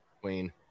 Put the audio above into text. Queen